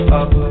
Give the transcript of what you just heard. up